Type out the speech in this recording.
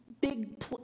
big